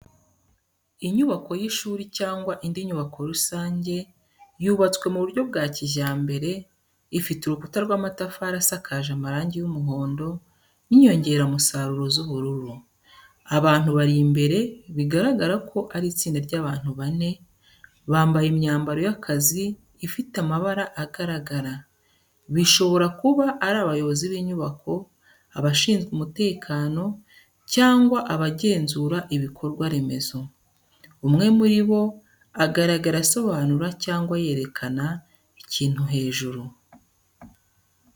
Inyubako y’ishuri cyangwa indi nyubako rusange, yubatswe mu buryo bwa kijyambere, ifite urukuta rw’amatafari asakaje amarangi y’umuhondo n’inyongeramusaruro z’ubururu. Abantu bari imbere bigaragara ko ari itsinda ry’abantu bane, bambaye imyambaro y’akazi ifite amabara agaragara, bishobora kuba ari abayobozi b’inyubako, abashinzwe umutekano cyangwa abagenzura ibikorwa remezo. Umwe muri bo agaragara asobanura cyangwa yerekana ikintu hejuru.